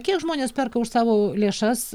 kiek žmonės perka už savo lėšas